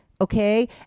okay